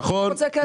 נכון.